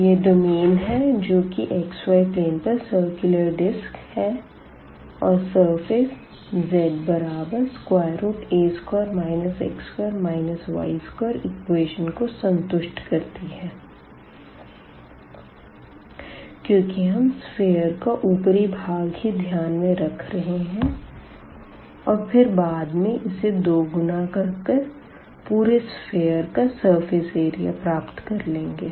तो यह डोमेन है जो की xy प्लेन पर सर्कुलर डिस्क है और surface za2 x2 y2 equation को संतुष्ट करती है क्यूँकि हम सफ़ियर का ऊपरी भाग ही ध्यान में रख रहे है और फिर बाद में इसे दोगुना कर कर पूरे सफ़ियर का सरफेस एरिया प्राप्त कर लेंगे